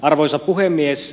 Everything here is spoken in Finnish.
arvoisa puhemies